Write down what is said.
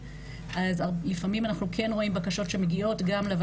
רק אז אנחנו נפנה לרשות